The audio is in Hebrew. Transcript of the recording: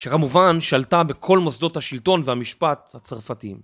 שכמובן שלטה בכל מוסדות השלטון והמשפט הצרפתיים.